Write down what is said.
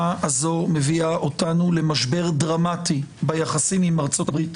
הזו מביאה אותנו למשבר דרמטי ביחסים עם ארה"ב.